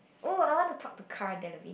oh I want to talk to Cara Delevingne